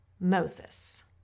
Moses